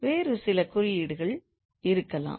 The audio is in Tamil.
வேறு சில குறியீடுகள் இருக்கலாம்